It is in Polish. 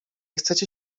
chcecie